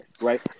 right